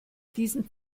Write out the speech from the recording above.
diesen